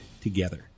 together